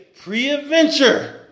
pre-adventure